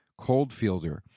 Coldfielder